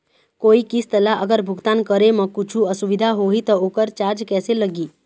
कोई किस्त ला अगर भुगतान करे म कुछू असुविधा होही त ओकर चार्ज कैसे लगी?